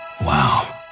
Wow